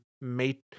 mate